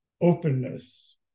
openness